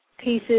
pieces